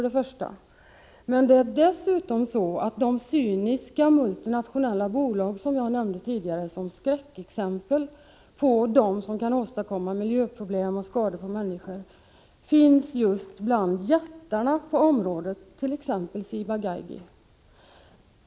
Dessutom är det så, att de cyniska multinationella bolag, som jag tidigare nämnde som skräckexempel på vad som kan åstadkomma miljöproblem och skador på människor, finns just bland jättarna på området, t.ex. Ciba-Geigy Läkemedel AB.